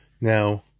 Now